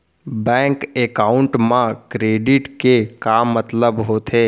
Bank account मा credit के का मतलब होथे?